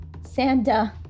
Santa